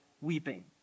weeping